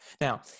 Now